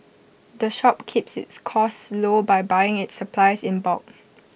the shop keeps its costs low by buying its supplies in bulk